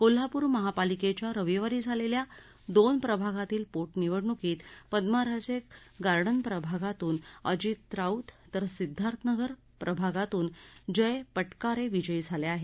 कोल्हापूर महापालिकेच्या रविवारी झालेल्या दोन प्रभागातील पोटनिवडणुकीत पद्माराजे गार्डन प्रभागातून अजित राऊत तर सिद्धार्थनगर प्रभागातून जय पटकारे विजयी झाले आहेत